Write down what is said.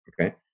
Okay